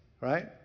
right